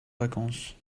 vacances